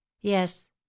Yes